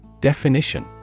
Definition